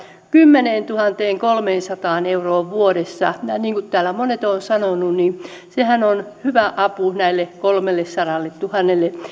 kymmeneentuhanteenkolmeensataan euroon vuodessa niin kuin täällä monet ovat sanoneet sehän on hyvä apu näille kolmellesadalletuhannelle